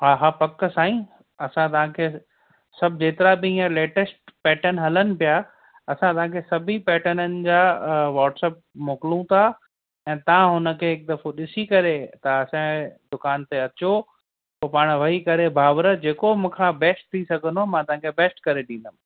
हा हा पक साईं असां तव्हांखे सभु जेतिरा बि हीअंर लेटेस्ट पैटन हलनि पिया असां तव्हांखे सभई पैटननि जा वॉट्सप मोकिलूं था ऐं तव्हां हुनखे हिकु दफ़ो ॾिसी करे तव्हां असांजे दुकानु ते अचो पोइ पाण वेही करे भाविर जेको मूंखां बेस्ट थी सघंदो मां तव्हांखे बेस्ट करे ॾींदुमि